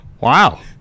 Wow